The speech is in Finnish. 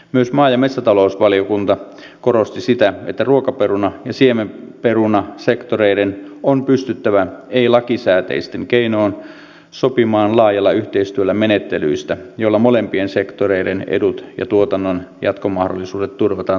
myös maa ja metsätalousvaliokunta korosti sitä että ruokaperuna ja siemenperunasektoreiden on pystyttävä ei lakisääteisin keinoin sopimaan laajalla yhteistyöllä menettelyistä joilla molempien sektoreiden edut ja tuotannon jatkomahdollisuudet turvataan tasapuolisesti